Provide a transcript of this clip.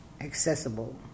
accessible